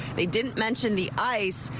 they didn't mention the ice.